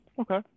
Okay